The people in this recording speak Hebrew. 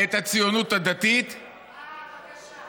את הציונות הדתית, אה, בבקשה.